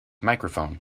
microphone